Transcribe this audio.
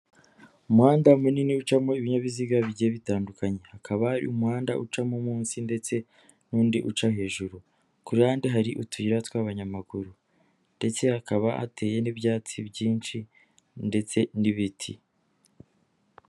Umuhanda munini ucamo ibinyabiziga bigiye bitandukanye, hakaba hari umuhanda ucamo munsi ndetse n'undi uca hejuru, ku ruhande hari utuyira tw'abanyamaguru ndetse hakaba hateye n'ibyatsi byinshi ndetse n'ibiti.